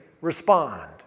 respond